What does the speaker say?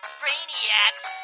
brainiacs